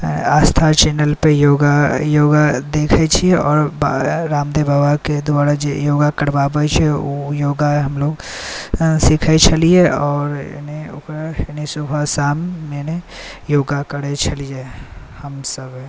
आस्था चैनलपर योगा देखैत छी आओर रामदेव बाबाके द्वारा जे योग करवाबैत छै ओ योग हमलोग सिखैत छलियै आओर ओकरा सुबह शाम योग करैत छलियै हमसभ